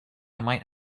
might